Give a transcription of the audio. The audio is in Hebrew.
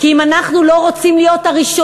כי אם אנחנו לא רוצים להיות הראשונים,